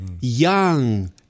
young